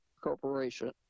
Corporation